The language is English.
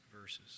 verses